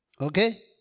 Okay